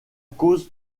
cause